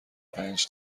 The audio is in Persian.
پنج